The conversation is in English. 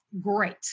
Great